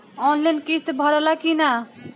Online किस्त भराला कि ना?